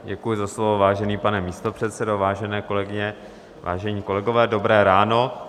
Děkuji za slovo, vážený pane místopředsedo, vážené kolegyně, vážení kolegové, dobré ráno.